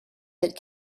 that